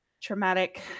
traumatic